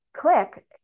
click